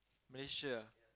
Malaysia ah